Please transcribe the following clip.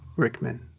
Rickman